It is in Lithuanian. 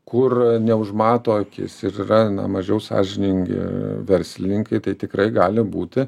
kur neužmato akis ir yra na mažiau sąžiningi verslininkai tai tikrai gali būti